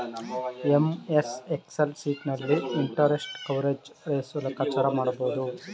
MS Excel sheet ನಲ್ಲಿ interest coverage ratio ಲೆಕ್ಕಾಚಾರ ಮಾಡಬಹುದು